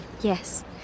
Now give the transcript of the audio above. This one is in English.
Yes